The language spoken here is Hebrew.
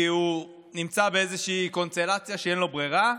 כי הוא נמצא באיזושהי קונסטלציה שאין לו ברירה.